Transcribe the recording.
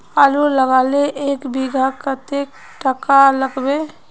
आलूर लगाले एक बिघात कतेक टका लागबे?